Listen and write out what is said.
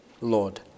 Lord